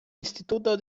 instituto